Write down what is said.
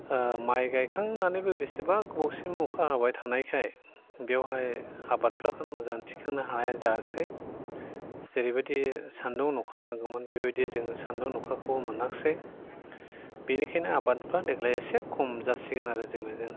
माइ गायखांनानैबो बेसेबा गोबावसिम नखा हाबाय थानायखाय बेयावहाय आबादफ्राखौनो मोजां थिखोनो हानाय जायाखिसै जेरैबायदि सान्दुं नखा नांगौमोन बेबायदि जोङो सान्दुं नखाखौबो मोनाखिसै बेखायनो आबादफ्रा देग्लाय एसे खम जासिगोन आरो जोंनेजों